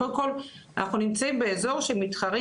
קודם כל אנחנו נמצאים באזור שמתחרים